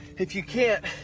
if you can't